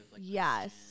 Yes